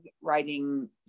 writing